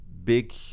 big